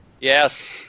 Yes